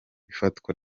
ifatwa